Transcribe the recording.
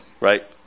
Right